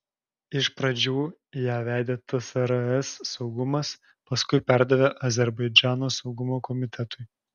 iš pradžių ją vedė tsrs saugumas paskui perdavė azerbaidžano saugumo komitetui